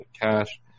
cash